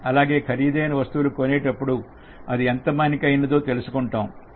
అలాగే ఖరీదైన వస్తువులు కొన్నప్పుడు అది ఎంత మన్నికఅయినదో తెలుసుకుంటాం